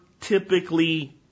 typically